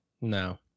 No